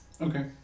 Okay